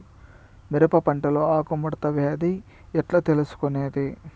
మిరప పంటలో ఆకు ముడత వ్యాధి ఎట్లా తెలుసుకొనేది?